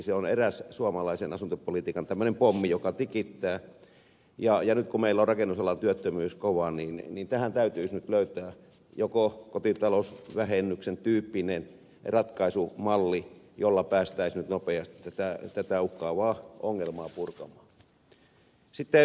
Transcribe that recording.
se on eräs suomalaisen asuntopolitiikan pommi joka tikittää ja nyt kun meillä on rakennusalalla työttömyys kova niin tähän täytyisi nyt löytää joku kotitalousvähennyksen tyyppinen ratkaisumalli jolla päästäisiin nyt nopeasti tätä uhkaavaa ongelmaa purkamaan